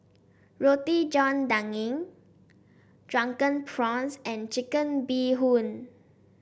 Roti John Daging Drunken Prawns and Chicken Bee Hoon